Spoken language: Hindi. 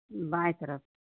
बाईं तरफ